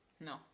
no